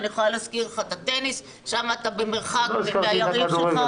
אני יכולה להזכיר לך את הטניס שם אתה במרחק מהיריב שלך.